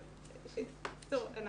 אבל ש בקיצור,